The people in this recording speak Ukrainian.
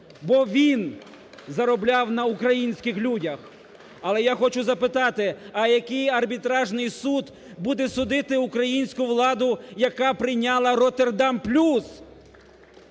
бо він заробляв на українських людях. Але я хочу запитати, а який арбітражний суд буде судити українську владу, яка прийняла "Роттердам плюс"